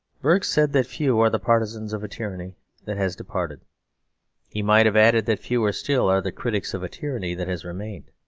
burke said that few are the partisans of a tyranny that has departed he might have added that fewer still are the critics of a tyranny that has remained.